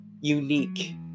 unique